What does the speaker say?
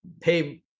pay